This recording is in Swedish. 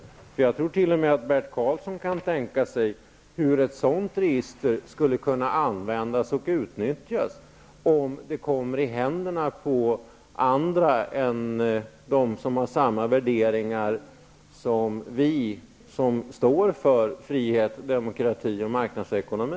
Jag tror t.o.m. Bert Karlsson kan tänka sig hur ett sådant register skulle kunna användas och utnyttjas om det kommer i händerna på andra än dem som har samma värderingar som vi som står för frihet, demokrati och marknadsekonomi.